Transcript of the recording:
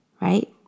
Right